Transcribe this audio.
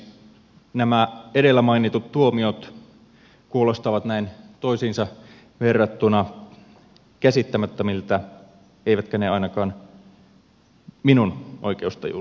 nämä edellä mainitut tuomiot kuulostavat näin toisiinsa verrattuina käsittämättömiltä eivätkä ne ainakaan minun oikeustajuuni mahdu